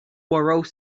borough